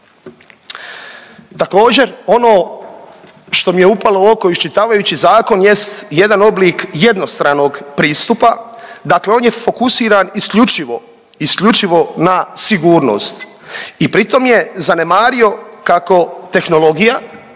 Također ono što mi je upalo u oko iščitavajući zakon jest jedan oblik jednostranog pristupa, dakle on je fokusiran isključivo, isključivo na sigurnost i pritom je zanemario kako tehnologija